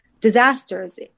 disasters